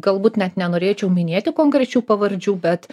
galbūt net nenorėčiau minėti konkrečių pavardžių bet